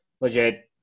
legit